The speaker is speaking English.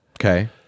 Okay